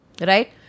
Right